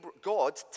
God